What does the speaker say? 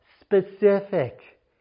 specific